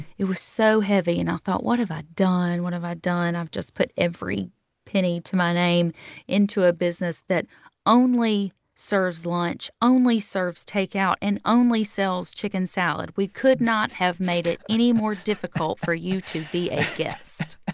it was so heavy. and i thought, what have i done? what have i done? i've just put every penny to my name into a business that only serves lunch, only serves takeout and only sells chicken salad. we could not have made it. any more difficult for you to be a guest.